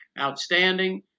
outstanding